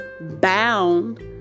bound